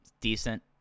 decent